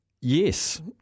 Yes